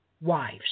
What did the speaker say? wives